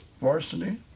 Varsity